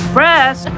Press